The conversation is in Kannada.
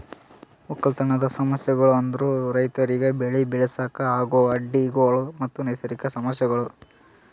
ಒಕ್ಕಲತನದ್ ಸಮಸ್ಯಗೊಳ್ ಅಂದುರ್ ರೈತುರಿಗ್ ಬೆಳಿ ಬೆಳಸಾಗ್ ಆಗೋ ಅಡ್ಡಿ ಗೊಳ್ ಮತ್ತ ನೈಸರ್ಗಿಕ ಸಮಸ್ಯಗೊಳ್